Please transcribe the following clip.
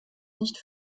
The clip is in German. nicht